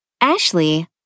Ashley